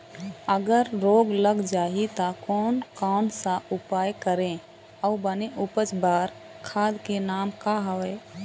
अगर रोग लग जाही ता कोन कौन सा उपाय करें अउ बने उपज बार खाद के नाम का हवे?